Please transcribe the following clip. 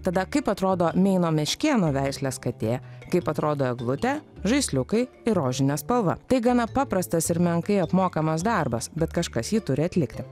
tada kaip atrodo meino meškėno veislės katė kaip atrodo eglutė žaisliukai ir rožinė spalva tai gana paprastas ir menkai apmokamas darbas bet kažkas jį turi atlikti